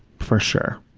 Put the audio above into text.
for sure,